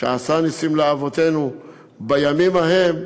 "שעשה נסים לאבותינו בימים ההם"